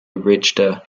richter